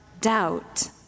doubt